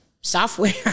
software